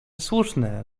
słuszne